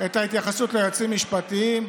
את ההתייחסות ליועצים משפטיים: